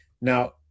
Now